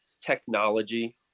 technology